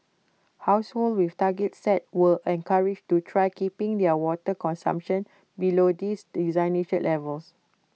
households with targets set were encouraged to try keeping their water consumption below these designated levels